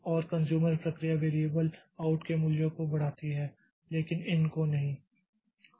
और कन्ज़्यूमर प्रक्रिया variable out के मूल्य को बढ़ाती है और लेकिन इन को नहीं